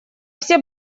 все